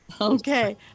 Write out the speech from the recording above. Okay